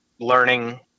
learning